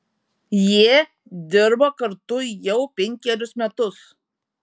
jie dirba kartu jau penkerius metus